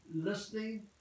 listening